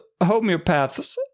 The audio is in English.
homeopaths